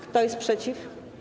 Kto jest przeciw?